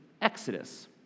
exodus